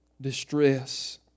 distress